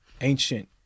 ancient